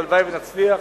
והלוואי שנצליח.